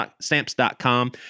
stamps.com